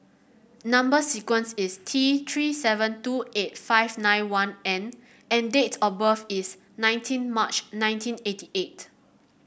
number sequence is T Three seven two eight five nine one N and date of birth is nineteen March nineteen eighty eight